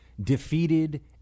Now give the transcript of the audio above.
defeated